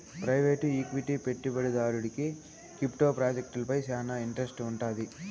private equity పెట్టుబడిదారుడికి crypto ప్రాజెక్టులపై శానా ఇంట్రెస్ట్ వుండాది